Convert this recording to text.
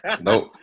Nope